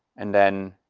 and then